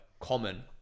common